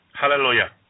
Hallelujah